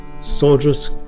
soldiers